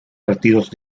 partidos